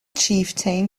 chieftain